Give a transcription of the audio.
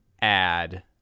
add